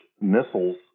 missiles